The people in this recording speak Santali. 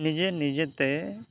ᱱᱤᱡᱮ ᱱᱤᱡᱮ ᱛᱮ